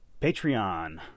Patreon